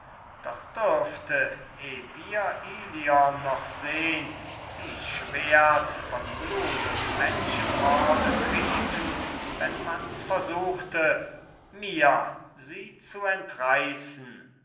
doch dürfte eh wir ilion noch sehn dies schwert von blut und menschenmorde triefen wenn man's versuchte mir sie zu entreißen